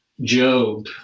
Job